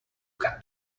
can